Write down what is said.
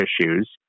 issues